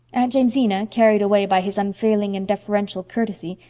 aunt jamesina, carried away by his unfailing and deferential courtesy,